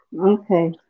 Okay